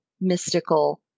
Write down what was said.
mystical